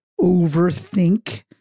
overthink